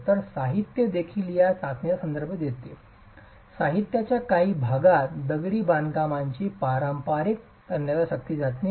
तर साहित्य देखील या चाचणीचा संदर्भ देते साहित्याच्या काही भागात म्हणून दगडी बांधकामाची पारंपारिक तन्यता शक्ती चाचणी आहे